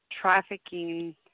trafficking